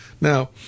Now